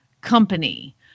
company